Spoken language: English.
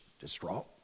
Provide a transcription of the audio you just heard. distraught